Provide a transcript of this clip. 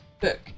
book